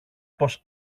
πως